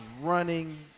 running